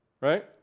Right